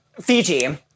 fiji